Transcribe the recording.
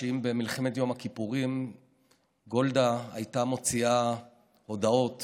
אם במלחמת יום הכיפורים גולדה הייתה מוציאה הודעות